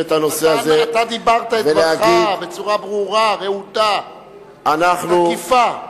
דיברת את דברך בצורה ברורה, רהוטה, תקיפה.